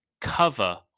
Cover